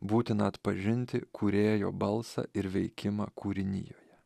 būtina atpažinti kūrėjo balsą ir veikimą kūrinijoje